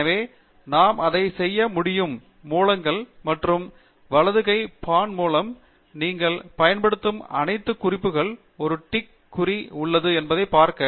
எனவே நாம் அதை செய்ய முடியும் மூலங்கள் மற்றும் வலது கை பான் மூலம் நீங்கள் பயன்படுத்தும் அனைத்து குறிப்புகள் ஒரு டிக் குறி உள்ளது என்று பார்க்க